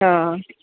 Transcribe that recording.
હ હ